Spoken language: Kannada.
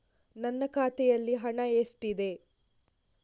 ನನ್ನ ಖಾತೆಯಲ್ಲಿ ಹಣ ಎಷ್ಟಿದೆ?